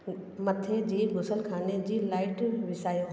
मथें जे गुसलखाने जी लाइट विसायो